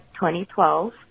2012